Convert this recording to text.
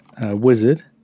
wizard